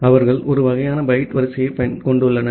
அவர்கள் ஒரு வகையான பைட் வரிசையைக் கொண்டுள்ளனர்